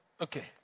okay